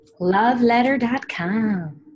Loveletter.com